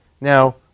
Now